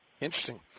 Interesting